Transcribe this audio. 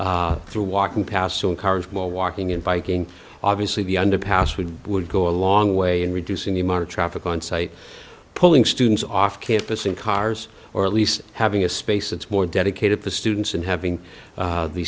school through walking past so encourage more walking and biking obviously the underpass we would go a long way in reducing the amount of traffic on site pulling students off campus in cars or at least having a space that's more dedicated to students and having